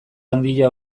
handia